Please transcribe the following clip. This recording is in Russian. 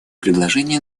предложение